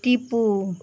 Tipu